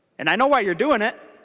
and i know why you are doing it.